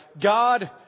God